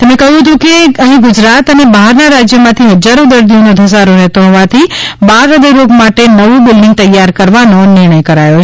તેમણે કહ્યું હતું કે અહી ગુજરાત અને બહાર ના રાજ્ય માથી હજારો દર્દીઓ ધસારો રહેતો હોવાથી બાળ હ્યદયરોગ માટે નવું બિલ્ડીંગ તૈયાર કરવાનો નિર્ણય કરેલો